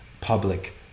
public